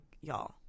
y'all